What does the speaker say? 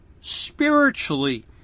spiritually